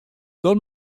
dan